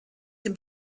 can